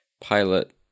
pilot